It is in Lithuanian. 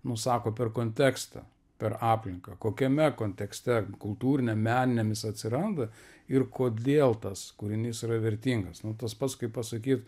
nusako per kontekstą per aplinką kokiame kontekste kultūriniam meniniam jis atsiranda ir kodėl tas kūrinys yra vertingas tas pats kaip pasakyt